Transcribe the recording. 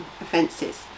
offences